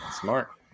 smart